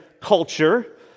culture